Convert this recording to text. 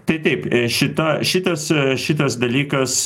tai taip šita šitas šitas dalykas